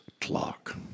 clock